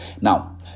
Now